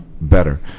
better